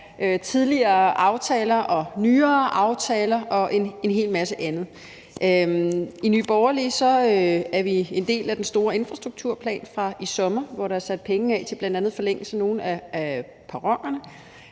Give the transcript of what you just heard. tidligere aftaler og nyere aftaler og en hel masse andet. I Nye Borgerlige er vi en del af aftalen om den store infrastrukturplan fra i sommer, hvor der blev sat penge af til bl.a. forlængelse af nogle